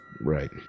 Right